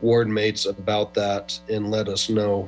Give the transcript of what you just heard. ward mates about that and let us know